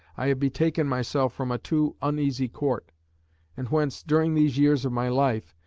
i have betaken myself from a too uneasy court and whence, during these years of my life,